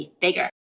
bigger